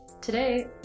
Today